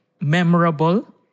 memorable